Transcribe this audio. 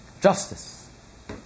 Justice